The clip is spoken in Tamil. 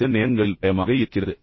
சில நேரங்களில் பயமாக இருக்கிறது